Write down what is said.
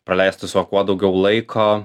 praleisti su juo kuo daugiau laiko